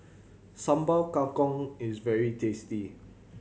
Sambal Kangkong is very tasty